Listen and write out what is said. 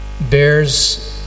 bears